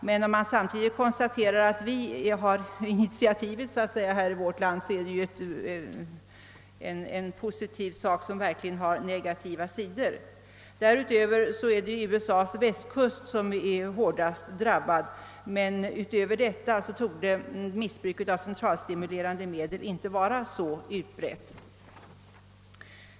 Men om man samtidigt måste konstatera, att vi så att säga har tagit initiativet här i landet, är det en positiv sak som verkligen har högst negativa sidor. Förutom hos oss är det USA:s västkust som är hårdast drabbad av narkotikamissbruket, men därutöver torde missbruket av centralstimulerande medel inte vara särskilt utbrett.